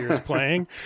playing